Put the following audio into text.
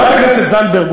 חברת הכנסת זנדברג,